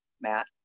Matt